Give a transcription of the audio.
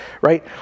Right